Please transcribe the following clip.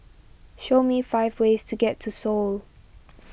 show me five ways to get to Seoul